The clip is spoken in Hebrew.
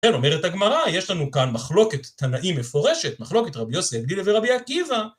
אומרת הגמרא, יש לנו כאן מחלוקת תנאים מפורשת, מחלוקת רבי יוסי הגלילי ורבי עקיבא.